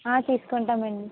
ఆ తీసుకుంటామండి సరే